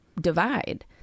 divide